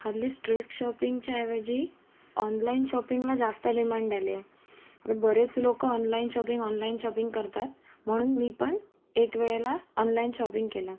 हल्ली स्ट्रीट शॉपिंगच्या ऐवजी ऑनलाईन शॉपिंगला जास्त डिमांड आली आहे बरेच लोक ऑनलाईन शॉपिंग ऑनलाईन शॉपिंग करतात म्हणून मी पण एक वेळेला ऑनलाईन शॉपिंग केलं